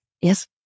Yes